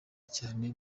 cyane